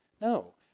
No